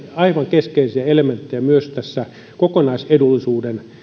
aivan keskeisiä elementtejä myös kokonaisedullisuudessa